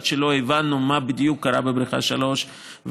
עד שלא הבנו בדיוק מה קרה בבריכה 3 ועד